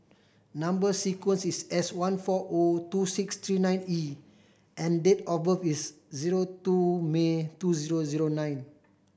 number sequence is S one four O two six three nine E and date of birth is zero two May two zero zero nine